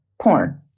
porn